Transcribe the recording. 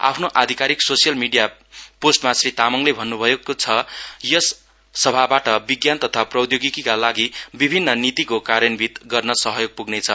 आफ्नो आधिकारिक social media पोस्टमा श्री तामाङले भन्नुभयोयस सभाबाट विज्ञान तथा प्रौधोगिकिका लागि विभिन्न नीतिको कार्यस्वित गर्न सहयोग पुग्नेछ